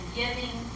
giving